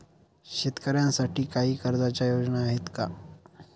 शेतकऱ्यांसाठी काही कर्जाच्या योजना आहेत का?